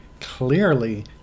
clearly